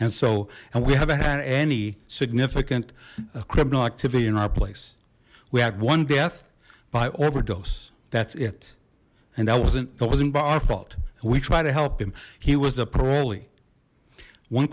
and so and we haven't had any significant criminal activity in our place we had one death by overdose that's it and that wasn't that wasn't by our fault we try to help him he was a parolee one